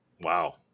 Wow